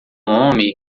homem